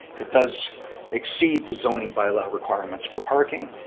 it does exceed the zoning by-law requirements for parking.